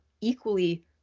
equally